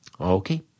Okay